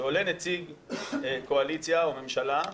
שעולה נציג קואליציה או ממשלה,